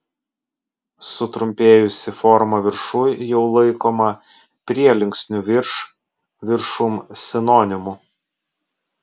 sutrumpėjusi forma viršuj jau laikoma prielinksnių virš viršum sinonimu